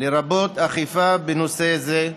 לרבות אכיפה של נושא זה,